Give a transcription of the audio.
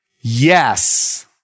yes